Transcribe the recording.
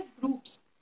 groups